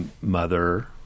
mother